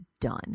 done